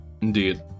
Indeed